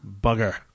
Bugger